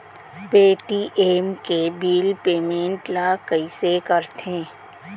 Paytm के bill payment ल कइसे करथे?